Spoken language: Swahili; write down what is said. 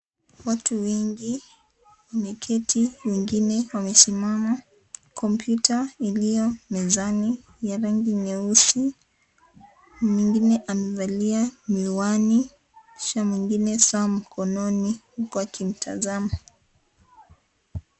Watu wengi wameketi wengine wamesimama. Kompyuta iliyo mezani, ya rangi nyeusi. mwingine amevalia miwani kisha mwingine saa mkononi, huku akimtazama.